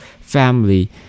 family